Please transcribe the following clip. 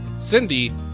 Cindy